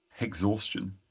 exhaustion